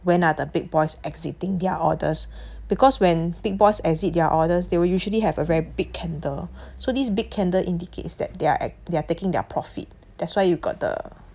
when are the big boys exiting their orders because when big boys exit their orders they will usually have a very big candle so these big candle indicates that they're act~ they are taking their profit that's why you got the